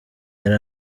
yari